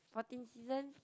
fourteen seasons